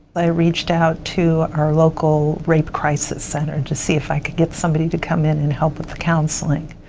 i reached out to our local rape crisis center to see if i could get somebody to come in and help with the counseling.